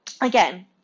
again